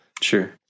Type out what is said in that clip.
Sure